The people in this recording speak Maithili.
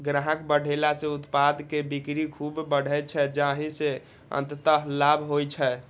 ग्राहक बढ़ेला सं उत्पाद के बिक्री खूब बढ़ै छै, जाहि सं अंततः लाभ होइ छै